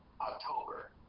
October